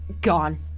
gone